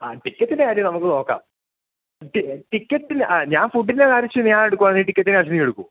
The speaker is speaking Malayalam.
ആ ടിക്കറ്റിൻ്റെ കാര്യം നമുക്ക് നോക്കാം ടിക്കറ്റ് ആ ഞാൻ ഫുഡിൻ്റെ കാശ് ഞാനെടുക്കുകയാണെങ്കില് ടിക്കറ്റിന്റെ കാശ് നീ എടുക്കുമോ